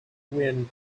wind